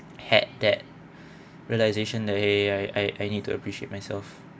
had that realization that !hey! I I need to appreciate myself